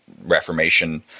reformation